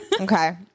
Okay